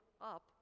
up